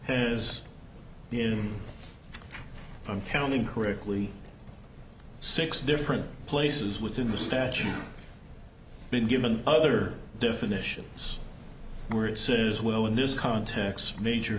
has been i'm counting correctly six different places within the statute been given other definitions where it says well in this context major